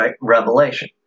Revelation